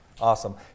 Awesome